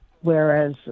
whereas